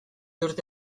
urte